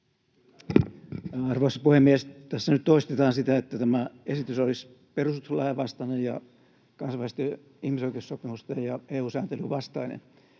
Arvoisa puhemies! Tässä nyt toistetaan sitä, että tämä esitys olisi perustuslain vastainen ja kansainvälisten ihmisoikeussopimusten ja EU-sääntelyn vastainen,